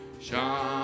shine